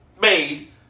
made